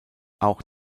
auch